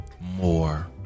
more